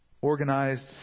organized